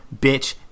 bitch